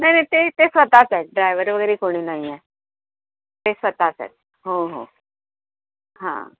नाही नाही ते ते स्वतःच आहेत ड्रायव्हर वगैरे कोणी नाही आहे ते स्वतःच आहेत हो हो हां